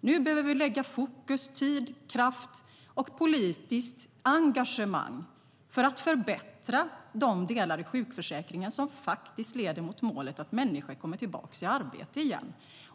Nu behöver vi lägga fokus, tid, kraft och politiskt engagemang på att förbättra de delar i sjukförsäkringen som faktiskt leder mot målet att människor kommer tillbaka i arbete igen.